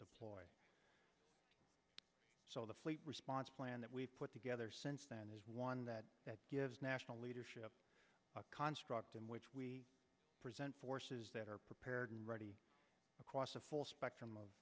deploy so the fleet response plan that we've put together since then is one that gives national leadership a construct in which we present forces that are prepared and ready across the full spectrum of